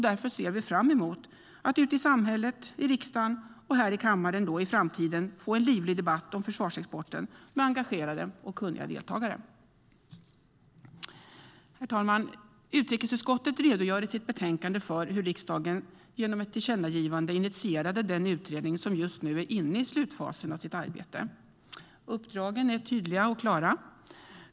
Därför ser vi fram emot att i framtiden ute i samhället, i riksdagen och här i kammaren få en livlig debatt om försvarsexporten med engagerade och kunniga deltagare. Herr talman! Utrikesutskottet redogör i sitt betänkande för hur riksdagen genom ett tillkännagivande initierade den utredning som just nu är inne i slutfasen av sitt arbete. Uppdragen är tydliga och klara.